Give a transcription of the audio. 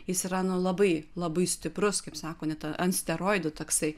jis yra nu labai labai stiprus kaip sako anita ant steroidų toksai